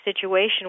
situation